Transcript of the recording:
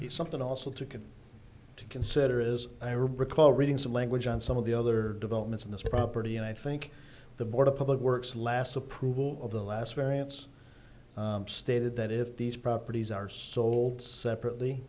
is something also ticket to consider is i recall reading some language on some of the other developments in this property and i think the board of public works last approval of the last variants stated that if these properties are sold separately